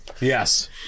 yes